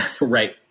Right